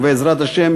ובעזרת השם,